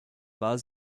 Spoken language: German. war